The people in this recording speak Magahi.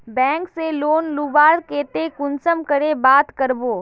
बैंक से लोन लुबार केते कुंसम करे बात करबो?